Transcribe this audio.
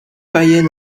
payen